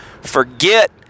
Forget